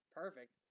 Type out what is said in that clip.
perfect